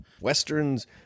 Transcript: Westerns